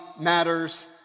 matters